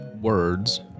words